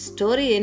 Story